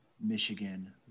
Michigan